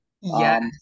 Yes